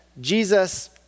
Jesus